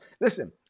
Listen